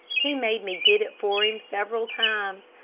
he made me get it for him several times.